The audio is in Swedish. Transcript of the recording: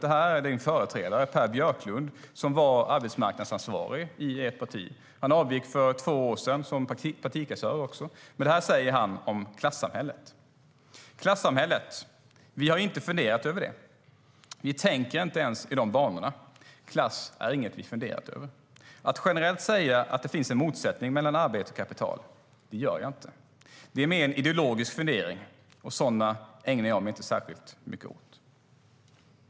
Citatet kommer från din företrädare Per Björklund, som var arbetsmarknadsansvarig och även partikassör i ert parti. Han avgick för två år sedan. Det här har han sagt om klassamhället: STYLEREF Kantrubrik \* MERGEFORMAT Arbetsmarknad och arbetsliv